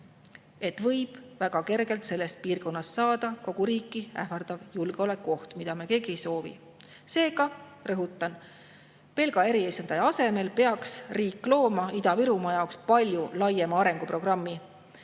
võib väga kergelt saada kogu riiki ähvardav julgeolekuoht, mida me keegi ei soovi. Seega rõhutan, et pelga eriesindaja asemel peaks riik looma Ida-Virumaa jaoks palju laiema arenguprogrammi,